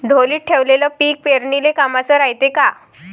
ढोलीत ठेवलेलं पीक पेरनीले कामाचं रायते का?